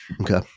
Okay